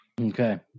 Okay